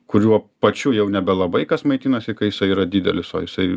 kuriuo pačiu jau nebelabai kas maitinasi kai jisai yra didelis o jisai